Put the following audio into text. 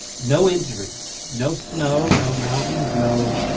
no injuries, no snow, no mountains, no.